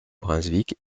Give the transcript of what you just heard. brunswick